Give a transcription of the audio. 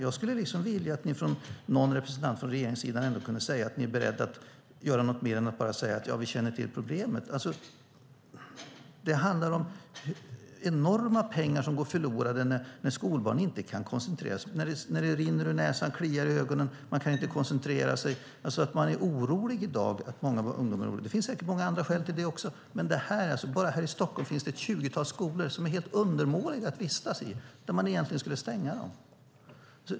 Jag skulle vilja att någon representant för regeringssidan ändå kunde säga att ni är beredda att göra mer än att bara säga att ni känner till problemet. Det är enorma summor som går förlorade när skolbarn inte kan koncentrera sig för att det rinner ur näsan och kliar i ögonen. I dag är man orolig för många ungdomar. Det finns säkert andra skäl till det också, men bara här i Stockholm finns det ett tjugotal skolor som är helt undermåliga och egentligen skulle stängas.